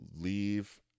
leave